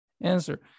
answer